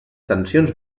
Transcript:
tensions